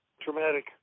traumatic